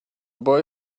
boy